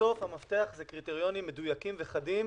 בסוף המפתח זה קריטריונים מדויקים וחדים